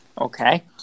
Okay